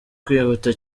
kwihuta